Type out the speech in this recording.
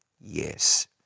yes